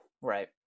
Right